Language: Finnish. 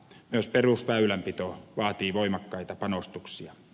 myös perusväylänpito vaatii voimakkaita panostuksia